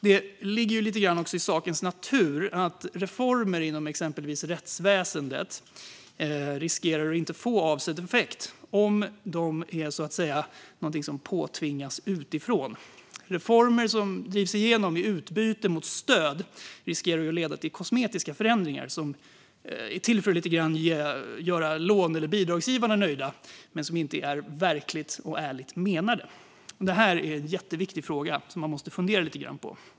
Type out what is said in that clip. Det ligger också i sakens natur att reformer inom exempelvis rättsväsendet riskerar att inte få avsedd effekt om de påtvingas utifrån. Reformer som drivs igenom i utbyte mot stöd riskerar att leda till kosmetiska förändringar som lite grann är till för att göra lån eller bidragsgivare nöjda men inte är verkligt och ärligt menade. Detta är en jätteviktig fråga som man måste fundera lite på.